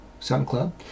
SoundCloud